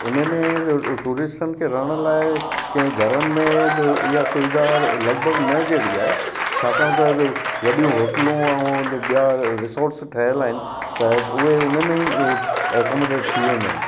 हुन में त टूरिस्टनि खे रहण लाइ कंहिं घरनि में त इहा सुविधा लॻभॻि न जहिड़ी आहे छाकाणि त हिते वॾियूं होटलूं ऐं हिते ॿिया रिसोट्स ठहियल आहिनि त उहे हुन में ई अकोमडेट थी वेंदा आहिनि